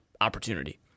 opportunity